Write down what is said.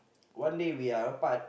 one day we are apart